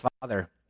Father